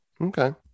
Okay